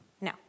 No